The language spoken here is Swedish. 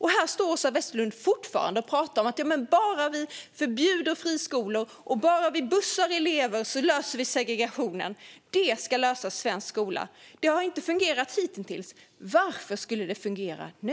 Här står Åsa Westlund fortfarande och säger att om vi bara förbjuder friskolor och bussar elever så löser vi segregationen. Detta ska lösa svensk skola, menar hon. Det har inte fungerat hittills. Varför skulle det fungera nu?